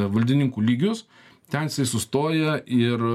valdininkų lygius ten jisai sustoja ir